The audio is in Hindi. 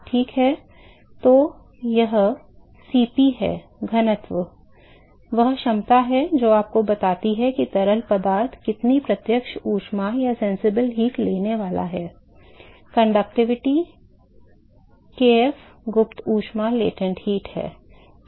ठीक है तो वह Cp है घनत्व वह क्षमता जो आपको बताती है कि तरल पदार्थ कितनी प्रत्यक्ष ऊष्मा लेने वाला है चालकता kf गुप्त ऊष्मा है